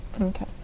Okay